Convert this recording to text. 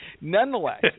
Nonetheless